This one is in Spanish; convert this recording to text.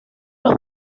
los